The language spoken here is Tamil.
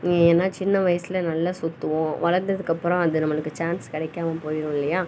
ஏன்னால் சின்ன வயசில் நல்லா சுற்றுவோம் வளர்ந்ததுக்கப்புறம் அது நம்பளுக்கு சான்ஸ் கிடைக்கமா போயிருல்லையா